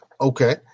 Okay